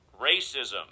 racism